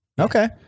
okay